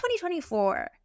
2024